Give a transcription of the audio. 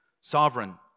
sovereign